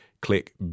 click